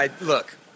look